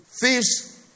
Thieves